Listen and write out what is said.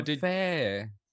fair